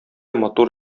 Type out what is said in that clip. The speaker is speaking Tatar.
матур